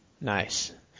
Nice